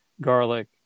garlic